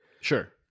Sure